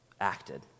acted